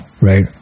right